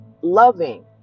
loving